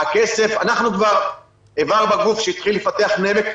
אנחנו כבר צוואר בקבוק שהתחיל לפתח נמק,